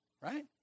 right